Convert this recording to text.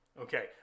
Okay